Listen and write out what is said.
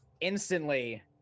Instantly